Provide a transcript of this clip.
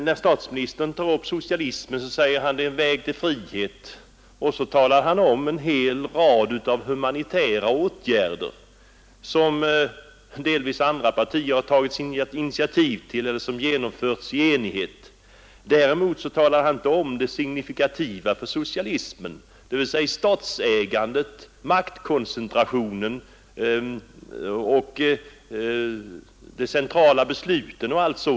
När statsministern tar upp socialismen säger han att det är en väg till frihet och talar om en hel rad av humanitära åtgärder, som andra partier delvis tagit initiativ till eller som genomförts i enighet. Däremot talar han inte om det signifikativa för socialismen, dvs. statsägandet, maktkoncentrationen och de centrala besluten.